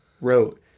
wrote